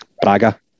Braga